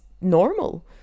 normal